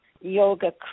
yoga